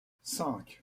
cinq